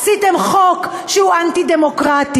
עשיתם חוק שהוא אנטי-דמוקרטי,